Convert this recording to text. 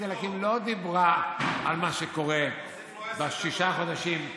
להקים לא דיברה על מה שקורה בשישה חודשים,